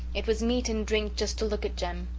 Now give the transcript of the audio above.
it was meat and drink just to look at jem.